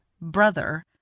Brother